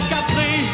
Capri